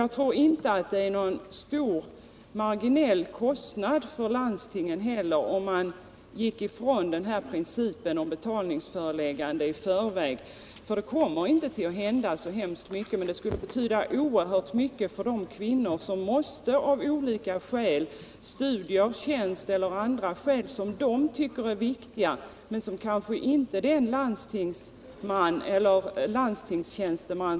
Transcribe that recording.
Jag tror inte heller att det skulle röra sig om någon större marginell kostnad för landstingen om man gick ifrån principen om betalningsförbindelse i förväg, eftersom den här situationen knappast kommer att inträffa så väldigt ofta. En ändring av reglerna i enlighet med vår reservation skulle emellertid betyda oerhört mycket för de kvinnor som måste föda sina barn utanför det egna länet av skäl — det kan gälla studier, resor i samband med tjänst o. d.